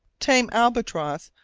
tame albatross,